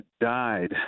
died